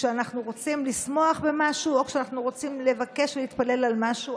כשאנחנו רוצים לשמוח במשהו או כשאנחנו רוצים לבקש ולהתפלל על משהו,